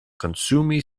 konsumi